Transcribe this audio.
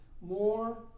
more